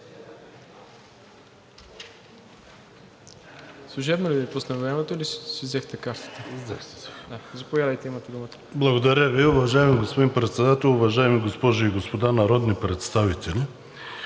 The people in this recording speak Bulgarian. Благодаря Ви. Уважаеми господин Председател, уважаеми госпожи и господа народни представители!